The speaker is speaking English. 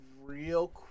real